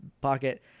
pocket